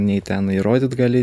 nei ten įrodyt gali